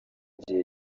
gihe